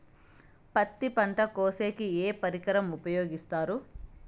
పత్తి పంట కోసేకి ఏ పరికరం ఉపయోగిస్తారు?